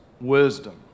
wisdom